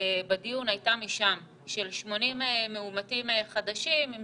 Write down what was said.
בדיון הייתה משם, של 80 מאומתים חדשים עם